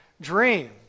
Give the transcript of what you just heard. dream